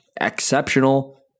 Exceptional